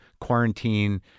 quarantine